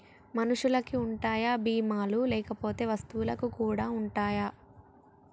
మనుషులకి ఉంటాయా బీమా లు లేకపోతే వస్తువులకు కూడా ఉంటయా?